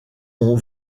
ont